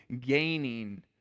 gaining